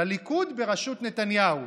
לליכוד בראשות נתניהו,